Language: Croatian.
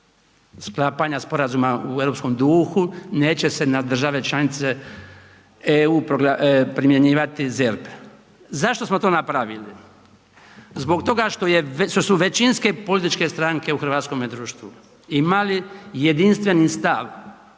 sklapanja sporazuma u europskom duhu, neće se na države članice EU primjenjivati ZERP. Zašto smo to napravili? Zbog toga što su većinske političke stranke u hrvatskome društvu imali jedinstveni stav